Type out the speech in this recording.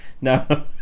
No